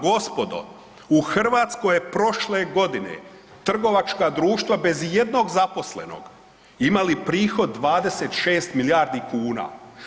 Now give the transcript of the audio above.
Gospodo, u Hrvatskoj je prošle godine trgovačka društva bez ijednog zaposlenog imali prihod 26 milijardi kuna.